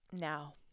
now